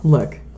Look